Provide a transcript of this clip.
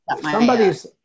somebody's